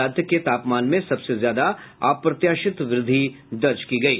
रात के तापमान में सबसे ज्यादा अप्रत्याशित वृद्धि देखी गयी